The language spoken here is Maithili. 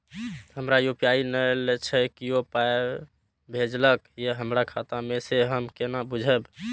हमरा यू.पी.आई नय छै कियो पाय भेजलक यै हमरा खाता मे से हम केना बुझबै?